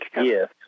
Yes